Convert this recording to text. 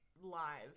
live